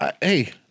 hey